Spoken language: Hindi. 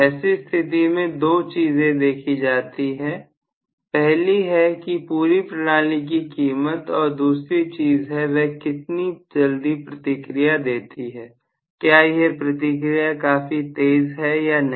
ऐसी स्थिति में दो चीजें देखी जाती हैं पहेली है कि पूरी प्रणाली की कीमत और दूसरी चीज है वह कितनी जल्दी प्रतिक्रिया देती है क्या यह प्रतिक्रिया काफी तेज है या नहीं